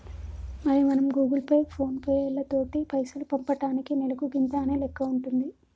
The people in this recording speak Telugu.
మరి మనం గూగుల్ పే ఫోన్ పేలతోటి పైసలు పంపటానికి నెలకు గింత అనే లెక్క ఉంటుంది